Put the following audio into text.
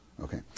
Okay